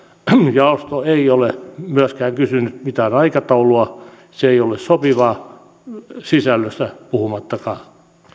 jaosto ei ole myöskään kysynyt mitään aikataulua se ei ole sopivaa sisällöstä puhumattakaan